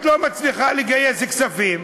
את לא מצליחה לגייס כספים,